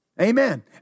Amen